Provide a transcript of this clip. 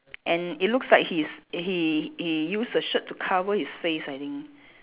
and it looks like he's he he use the shirt to cover his face I think